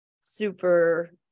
super